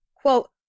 quote